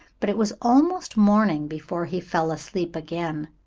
but it was almost morning before he fell asleep again.